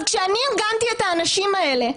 כשאני ארגנתי את האנשים האלה,